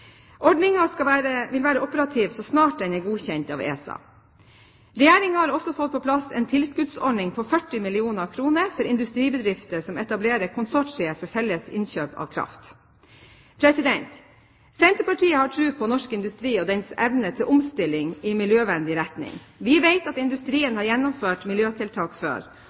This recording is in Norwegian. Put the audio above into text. vil være operativ så snart den er godkjent av ESA. Regjeringen har også fått på plass en tilskuddsordning på 40 mill. kr for industribedrifter som etablerer konsortier for felles innkjøp av kraft. Senterpartiet har tro på norsk industri og dens evne til omstilling i miljøvennlig retning. Vi vet at industrien har gjennomført miljøtiltak før.